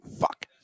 Fuck